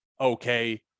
okay